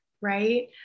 right